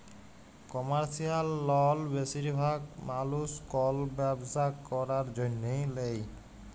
commercial লল বেশিরভাগ মালুস কল ব্যবসা ক্যরার জ্যনহে লেয়